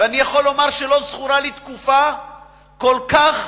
ואני יכול לומר שלא זכורה לי תקופה כל כך